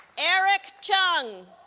eric cheung